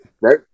right